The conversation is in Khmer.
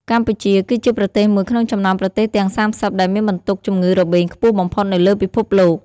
កម្ពុជា គឺជាប្រទេសមួយក្នុងចំណោមប្រទេសទាំង ៣០ ដែលមានបន្ទុកជំងឺរបេងខ្ពស់បំផុតនៅលើពិភពលោក។